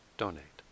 donate